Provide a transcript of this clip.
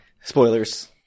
Spoilers